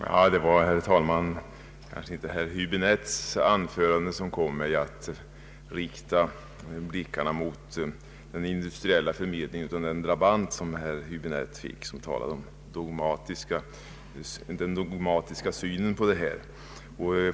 Herr talman! Det var kanske inte herr Huäbinettes anförande som kom mig att rikta blickarna mot förmedlingen av arbetskraft inom industrin, utan den drabant som herr Häbinette fick och som talade om den dogmatiska synen på denna fråga.